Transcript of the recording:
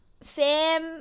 Sam